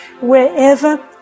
wherever